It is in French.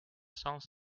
cents